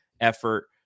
effort